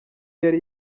yari